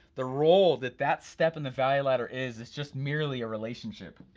the role that that step in the value ladder is, is just merely a relationship.